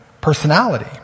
personality